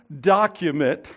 document